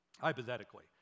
hypothetically